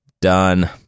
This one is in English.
Done